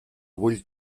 vull